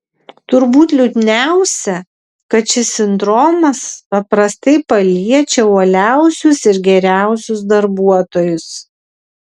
turbūt liūdniausia kad šis sindromas paprastai paliečia uoliausius ir geriausius darbuotojus